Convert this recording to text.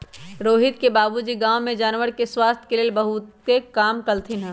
रोहित के बाबूजी गांव में जानवर के स्वास्थ के लेल बहुतेक काम कलथिन ह